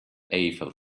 eiffel